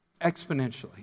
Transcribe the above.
exponentially